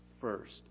first